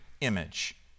image